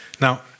Now